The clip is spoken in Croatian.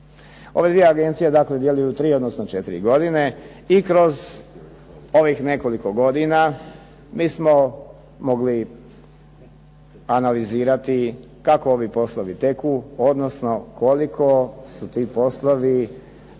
Ove dvije agencije dakle djeluju tri odnosno četiri godine i kroz ovih nekoliko godina mi smo mogli analizirati kako ovi poslovi teku, odnosno koliko su ti poslovi